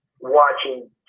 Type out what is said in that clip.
watching